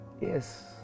Yes